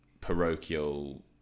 parochial